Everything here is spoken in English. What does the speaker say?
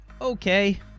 okay